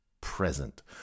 present